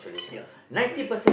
ya they don't have